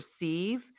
receive